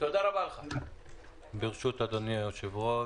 אדוני היושב-ראש,